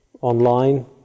online